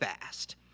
fast